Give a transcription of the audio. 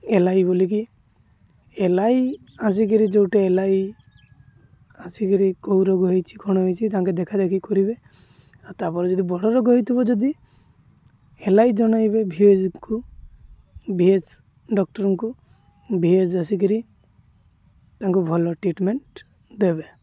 L I ବୋଲିକି L I ଆସି କରି ଯେଉଁଟା ଏଲ୍ ଆଇ ଆସି କରି କେଉଁ ରୋଗ ହେଇଛି କ'ଣ ହେଇଛି ତାଙ୍କେ ଦେଖା ଦେଖି କରିବେ ଆଉ ତା'ପରେ ଯଦି ବଡ଼ ରୋଗ ହେଇଥିବ ଯଦି ଏଲ୍ ଆଇ ଜଣାଇବେ ଭିଏଚ୍କୁ ଭି ଏଚ୍ ଡକ୍ଟରଙ୍କୁ ଭି ଏଚ୍ ଆସି କରି ତାଙ୍କୁ ଭଲ ଟ୍ରିଟମେଣ୍ଟ ଦେବେ